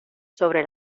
sobre